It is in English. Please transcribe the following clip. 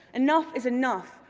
enough is enough,